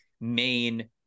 main